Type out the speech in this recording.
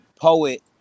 poet